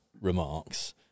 remarks